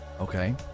Okay